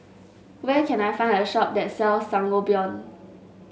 where can I find a shop that sells Sangobion